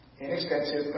inexpensive